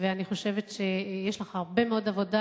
ואני חושבת שיש לך הרבה מאוד עבודה